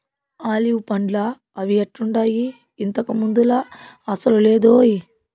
olive పండ్లా అవి ఎట్టుండాయి, ఇంతకు ముందులా అసలు లేదోయ్